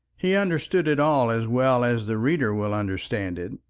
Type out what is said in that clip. he understood it all as well as the reader will understand it.